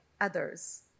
others